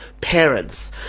parents